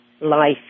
life